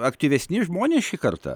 aktyvesni žmonės šį kartą